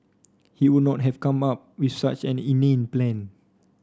he would not have come up with such an inane plan